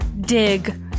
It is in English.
dig